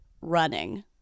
running